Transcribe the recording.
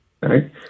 Right